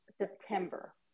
September